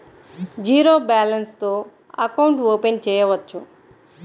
Zero balance తో account open చేయవచ్చు?